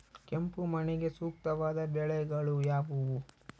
ಕೆಂಪು ಮಣ್ಣಿಗೆ ಸೂಕ್ತವಾದ ಬೆಳೆಗಳು ಯಾವುವು?